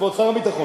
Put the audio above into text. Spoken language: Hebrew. כבוד שר הביטחון.